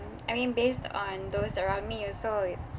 I mean based on those around me also it's